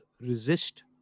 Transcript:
resist